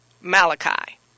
Malachi